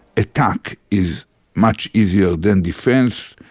attack is much easier than defense.